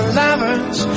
lovers